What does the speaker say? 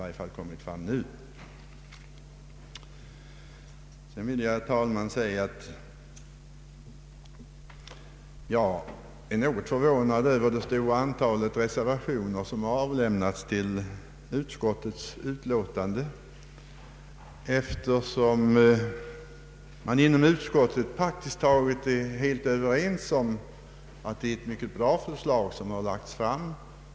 Sedan vill jag, herr talman, säga att jag är något förvånad över att så många reservationer avlämnats till utskottets utlåtande. Inom utskottet är man ju praktiskt taget helt överens om att det är ett mycket bra förslag som lagts fram.